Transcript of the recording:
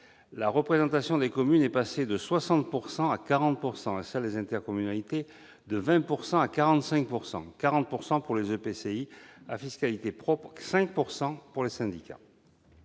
La représentation des communes est passée de 60 % à 40 % et celle des intercommunalités de 20 % à 45 %, 40 % pour les EPCI à fiscalité propre et 5 % pour les syndicats.